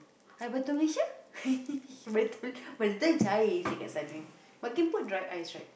air batu malaysia by t~ by the time cair seh kat sana but can put dry ice right